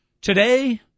Today